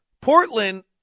Portland